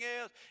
else